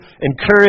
encourage